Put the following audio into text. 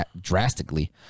drastically